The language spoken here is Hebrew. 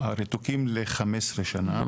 הרתוקים ל-15 שנה.